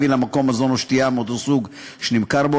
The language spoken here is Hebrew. למקום מזון או שתייה מאותו סוג שנמכר בו,